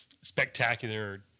spectacular